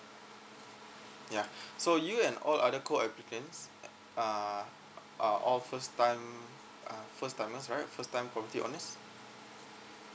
ya so you and all other co applicants uh uh all first time uh first timers right first time property owners